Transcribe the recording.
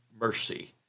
mercy